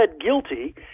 guilty